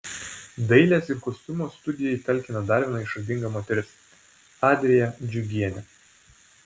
dailės ir kostiumo studijai talkina dar viena išradinga moteris adrija džiugienė